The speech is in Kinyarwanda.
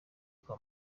kwa